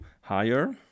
higher